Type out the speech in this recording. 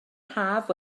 haf